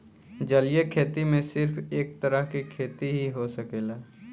जलीय खेती में सिर्फ एक तरह के खेती ही हो सकेला